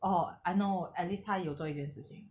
orh I know at least 他有做一件事情